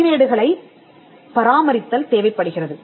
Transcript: பதிவேடுகளைப் பராமரித்தல் தேவைப்படுகிறது